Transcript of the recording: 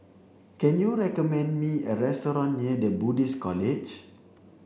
can you recommend me a restaurant near the Buddhist College